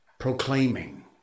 Proclaiming